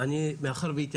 אני מודה לך על זכות הדיבור.